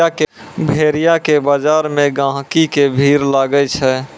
भेड़िया के बजार मे गहिकी के भीड़ लागै छै